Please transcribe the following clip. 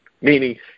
Meaning